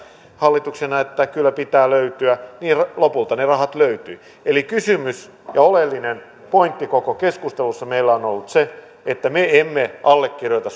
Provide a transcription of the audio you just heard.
hallituksena että kyllä pitää löytyä niin lopulta ne rahat löytyivät eli kysymys ja oleellinen pointti koko keskustelussa meillä on ollut se että me emme allekirjoita